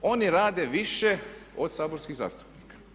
Oni radi više od saborskih zastupnika.